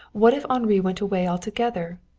what if henri went away altogether?